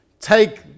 take